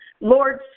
Lord